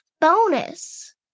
bonus